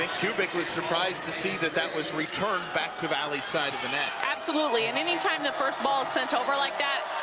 kubik was surprised to see that that was returned back to valley's side of the net. absolutely and anytime the first ball is sent over like that,